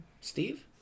Steve